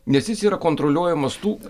nes jis yra kontroliuojamas tų